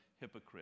hypocrite